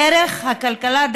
דרך הכלכלה,